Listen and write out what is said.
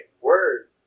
Word